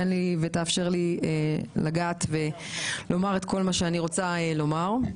תאפשר לי לגעת ולומר את כל מה שאני רוצה לומר.